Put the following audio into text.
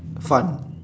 fun